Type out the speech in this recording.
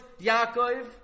Yaakov